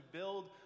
build